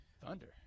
Thunder